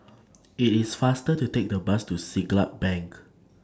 IT IS faster to Take The Bus to Siglap Bank